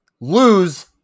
lose